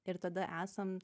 ir tada esam